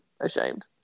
ashamed